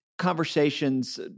conversations